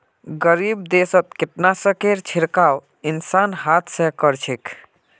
गरीब देशत कीटनाशकेर छिड़काव इंसान हाथ स कर छेक